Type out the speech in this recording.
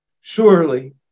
Surely